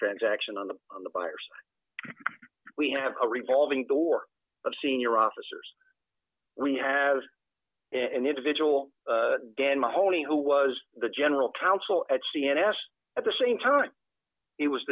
transaction on the on the buyers we have a revolving door of senior officers we have an individual dan mahoney who was the general counsel at cns at the same time he was